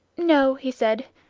no, he said,